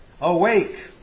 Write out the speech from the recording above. Awake